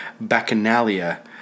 bacchanalia